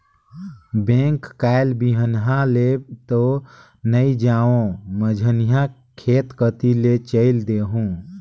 bank कायल बिहन्हा ले तो नइ जाओं, मझिन्हा खेत कति ले चयल देहूँ